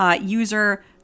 user